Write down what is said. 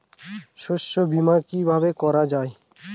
শস্য বীমা কিভাবে করা যায়?